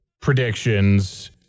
predictions